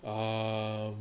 err